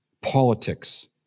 Politics